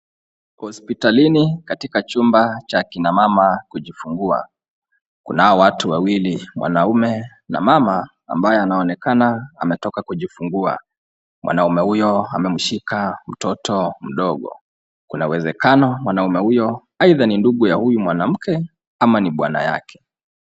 Hospitalini, katika chumba cha kina mama kujifungua, kunao watu wawili mwanaume na mama ambaye anaonekana anatoka kujifungua. Mwanaume huyo amemshika mtoto mdogo. Kuna uwezakano mwanaume huyo aidha ni nguyu ya huyu mwanamke ama ni bwana yake.